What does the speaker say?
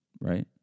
right